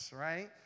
right